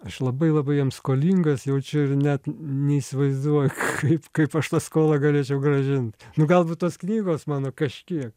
aš labai labai jiem skolingas jaučiu ir net neįsivaizduoju kaip kaip aš tą skolą galėčiau grąžint nu galbūt tos knygos mano kažkiek